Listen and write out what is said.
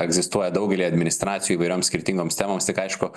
egzistuoja daugelyje administracijų įvairioms skirtingoms temoms tik aišku